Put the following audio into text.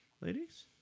Ladies